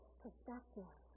perspective